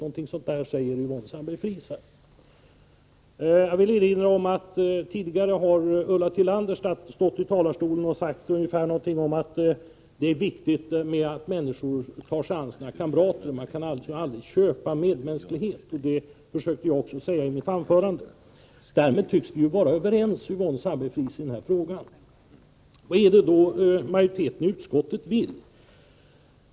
Jag villi det sammanhanget erinra om att Ulla Tillander tidigare talade om att det är viktigt att människor tar sig an sina kamrater och att man aldrig kan köpa medmänsklighet. Det försökte också jag säga i mitt anförande. Därmed tycks vi ju vara överens i den här frågan, Yvonne Sandberg-Fries. Vad vill då majoriteten i utskottet?